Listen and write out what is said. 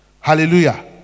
Hallelujah